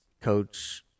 coach